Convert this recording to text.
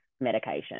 medication